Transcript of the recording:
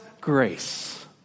grace